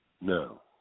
No